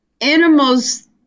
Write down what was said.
Animals